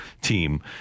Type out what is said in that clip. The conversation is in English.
team